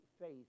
faith